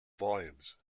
volumes